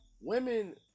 Women